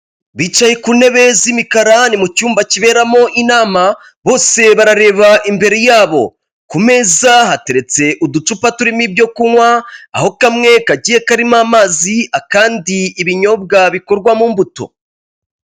Bicaye ku ntebe z'imikara ni mu cyumba kiberamo inama bose barareba imbere yabo ku meza hateretse uducupa turimo ibyo kunywa aho kamwe kagiye karimo amazi akandi ibinyobwa bikorwa mu mbuto .